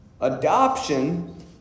Adoption